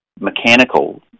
mechanical